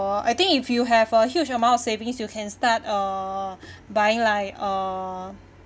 I think if you have a huge amount of savings you can start uh buying like uh